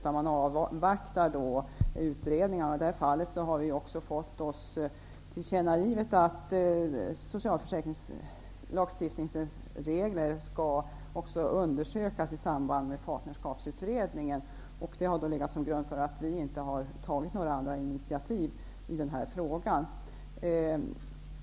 Man avvaktar i stället aktuell utredning. Vi har också fått oss tillkännagivet att regler för socialförsäkringslagstiftning också skall undersökas i samband med Partnerskapsutredningen, vilket alltså har legat till grund för att vi inte tagit några andra initiativ i den här frågan.